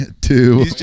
two